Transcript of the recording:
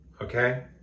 okay